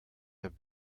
have